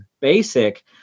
basic